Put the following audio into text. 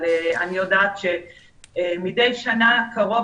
אני יודעת שמדי שנה קרוב